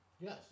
Yes